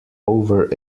over